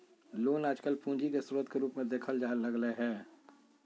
loan आजकल पूंजी के स्रोत के रूप मे देखल जाय लगलय हें